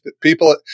people